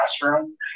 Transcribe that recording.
classroom